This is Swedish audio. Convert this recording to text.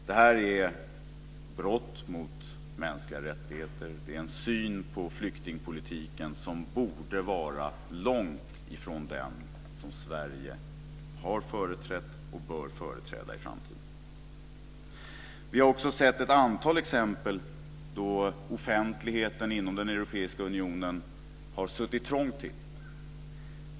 Detta är ett brott mot mänskliga rättigheter. Det är en syn på flyktingpolitiken som borde ligga långt ifrån den som Sverige har företrätt och bör företräda i framtiden. Vi har också sett ett antal exempel på hur offentligheten inom den europeiska unionen har suttit trångt till.